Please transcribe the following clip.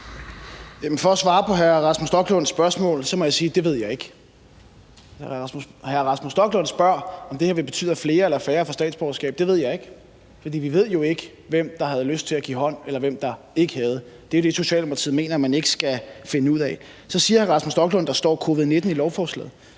For at svare på hr. Rasmus Stoklunds spørgsmål må jeg sige: Det ved jeg ikke. Hr. Rasmus Stoklund spørger, om det her vil betyde, at flere får statsborgerskab, eller at færre vil få statsborgerskab. Det ved jeg ikke, for vi ved jo ikke, hvem der havde lyst til at give hånd, eller hvem der ikke havde lyst til at give hånd. Det er jo det, Socialdemokratiet mener at man ikke skal finde ud af. Så siger hr. Rasmus Stoklund, at covid-19 er nævnt i lovforslaget.